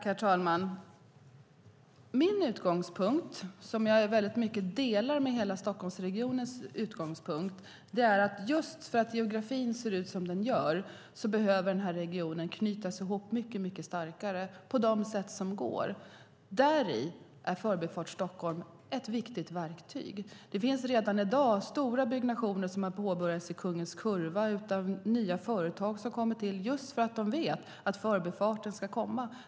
Herr talman! Min utgångspunkt, som jag väldigt mycket delar med hela Stockholmsregionen, är att just för att geografin ser ut som den gör behöver regionen knytas ihop mycket starkare på de sätt som går. Däri är Förbifart Stockholm ett viktigt verktyg. Det finns redan i dag stora byggnationer som har påbörjats i Kungens Kurva. Det är nya företag som kommit till just för att de vet att förbifarten ska komma.